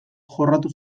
jorratu